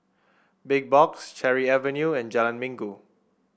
Big Box Cherry Avenue and Jalan Minggu